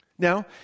Now